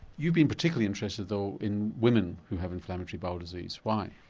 you've been particularly interested though in women who have inflammatory bowel disease. why?